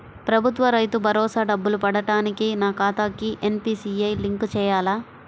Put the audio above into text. ప్రభుత్వ రైతు భరోసా డబ్బులు పడటానికి నా ఖాతాకి ఎన్.పీ.సి.ఐ లింక్ చేయాలా?